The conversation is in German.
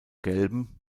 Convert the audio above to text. gelben